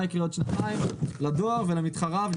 מה יקרה בעוד שנתיים לדואר ולמתחריו.